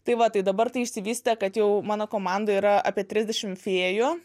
tai va tai dabar tai išsivystė kad jau mano komandoj yra apie trisdešimt fėjų